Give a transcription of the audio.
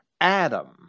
Adam